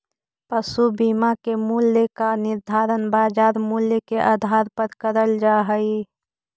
पशु बीमा के मूल्य का निर्धारण बाजार मूल्य के आधार पर करल जा हई